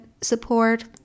support